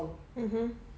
mmhmm